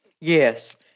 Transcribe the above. Yes